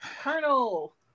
Colonel